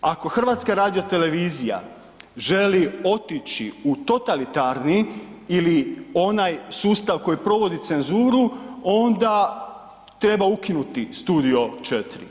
Ako HRT želi otići u totalitarni ili onaj sustav koji provodi cenzuru, onda treba ukinuti „Studio 4“